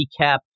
recap